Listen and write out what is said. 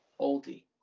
Oldie